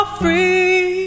free